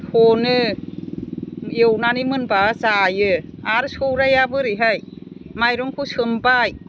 थनो एवनानै मोनबा जायो आरो सौराया बोरैहाय माइरंखौ सोमबाय